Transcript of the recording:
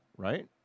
Right